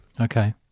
Okay